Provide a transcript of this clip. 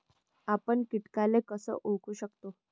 आपन कीटकाले कस ओळखू शकतो?